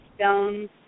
stones